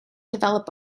develop